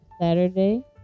Saturday